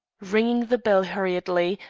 ringing the bell hurriedly,